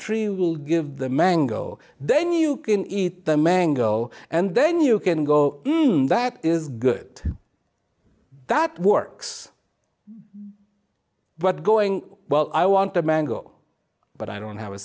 tree will give the mango then you can eat the mango and then you can go and that is good that works but going well i want a mango but i don't have a